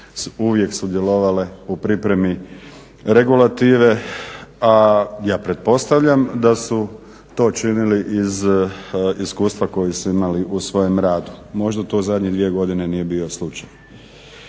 uvijek sudjelovale u pripremi regulative, a ja pretpostavljam da su to činili iz iskustva koje su imali u svojem radu. Možda to u zadnje dvije godine nije bio slučaj.